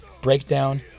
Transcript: Breakdown